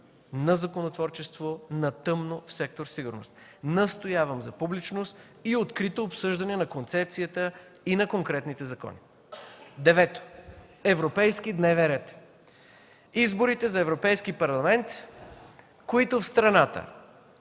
на законотворчество „на тъмно” в сектор „Сигурност”. Настоявам за публичност и открито обсъждане на концепцията и на конкретните закони. Девето, европейски дневен ред. Изборите за Европейски парламент, които в страната